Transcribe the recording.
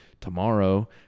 tomorrow